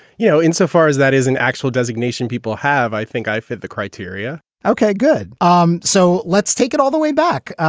you know, insofar as that is an actual designation people have. i think i fit the criteria okay. good. um so let's take it all the way back.